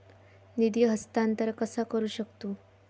निधी हस्तांतर कसा करू शकतू?